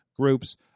groups